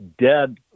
dead